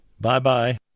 Bye-bye